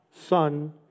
Son